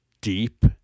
deep